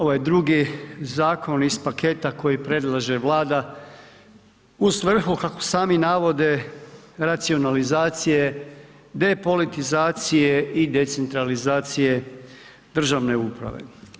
Ovaj drugi zakon iz paketa koji predlaže Vlada, u svrhu, kako sami navode racionalizacije, depolitizacije i decentralizacije državni uprave.